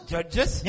Judges